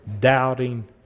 doubting